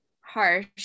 harsh